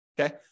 okay